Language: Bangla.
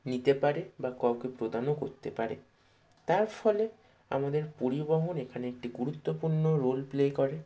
নিতে পারে বা কাউকে প্রদানও করতে পারে তার ফলে আমাদের পরিবহন এখানে একটি গুরুত্বপূর্ণ রোল প্লে করে